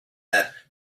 that